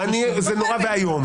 בוא נעבוד איתו.